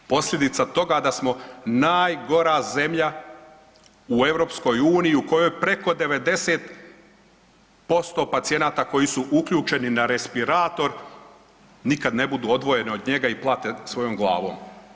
Posljedica toga da smo najgora zemlja u Europskoj uniji u kojoj preko 90% pacijenata koji su uključeni na respirator nikada ne budu odvojeni od njega i plate svojom glavom.